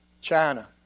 China